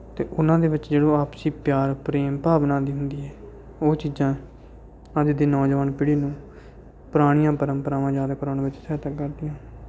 ਅਤੇ ਉਹਨਾਂ ਦੇ ਵਿੱਚ ਜਦੋਂ ਆਪਸੀ ਪਿਆਰ ਪ੍ਰੇਮ ਭਾਵਨਾ ਦੀ ਹੁੰਦੀ ਹੈ ਉਹ ਚੀਜ਼ਾਂ ਅੱਜ ਦੀ ਨੌਜਵਾਨ ਪੀੜ੍ਹੀ ਨੂੰ ਪੁਰਾਣੀਆਂ ਪਰੰਪਰਾਵਾਂ ਯਾਦ ਕਰਾਉਣ ਵਿੱਚ ਸਹਾਇਤਾ ਕਰਦੀਆਂ